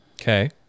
okay